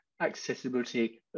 accessibility